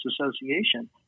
association